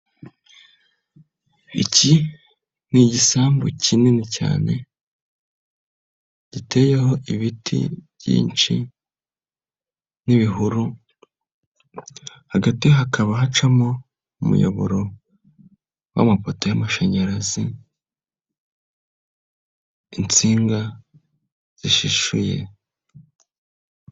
Iki ni igisambu kinini cyane giteyeho ibiti byinshi n'ibihuru, hagati hakaba hacamo umuyoboro w'amapoto y'amashanyarazi insinga zishishuye.